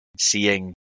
seeing